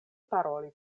paroli